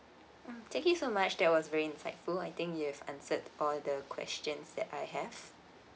mm thank you so much that was very insightful I think you've answered all the questions that I have